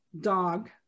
dog